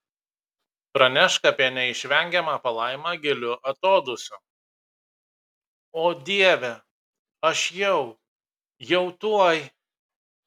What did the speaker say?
pranešk apie neišvengiamą palaimą giliu atodūsiu o dieve aš jau jau tuoj